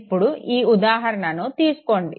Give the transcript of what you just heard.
ఇప్పుడు ఈ ఉదాహరణను తీసుకోండి